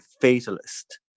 fatalist